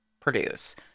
produce